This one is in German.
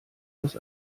das